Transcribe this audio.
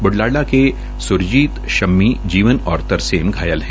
ब् लाडा के स्रजीत शमनी जीवन और तरसेम घायल है